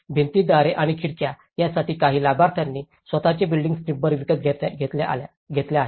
भिंती दारे आणि खिडक्या यासाठी काही लाभार्थ्यांनी स्वत चे बिल्डींग्स टिम्बर विकत घेतल्या आहेत